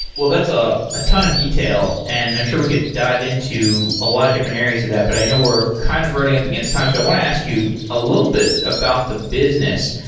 well, that's ah a ton of detail and i'm sure we could dive into a lot of different areas of that, but i know we're kind of running up against time. so i want to ask you a little bit about the business.